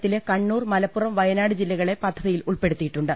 കേരളത്തിലെ കണ്ണൂർ മലപ്പൂറം വയനാട് ജില്ലകളെ പദ്ധതിയിൽ ഉൾപ്പെടുത്തിയിട്ടുണ്ട്